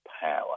power